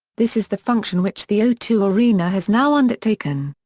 this is the function which the o two arena has now undertaken.